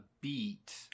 beat